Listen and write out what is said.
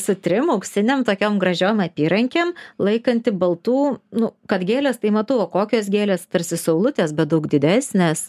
su trim auksinėm tokiom gražiom apyrankėm laikanti baltų nu kad gėlės tai matau o kokios gėlės tarsi saulutės bet daug didesnės